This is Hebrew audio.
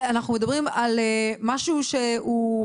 אנחנו מדברים על משהו חדש,